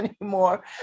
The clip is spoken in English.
anymore